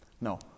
No